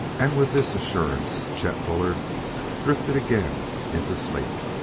and with this assurance chet bullard drifted again into sleep.